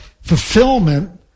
fulfillment